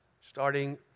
starting